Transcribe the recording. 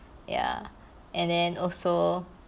ya and then also